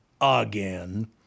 again